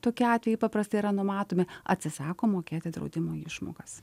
tokie atvejai paprastai yra numatomi atsisako mokėti draudimo išmokas